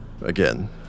Again